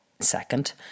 second